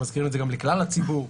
מזכירים את זה גם לכלל הציבור,